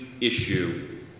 issue